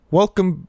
welcome